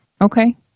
Okay